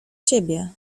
ciebie